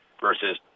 versus